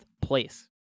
place